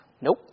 Nope